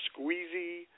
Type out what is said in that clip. squeezy